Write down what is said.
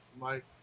Mike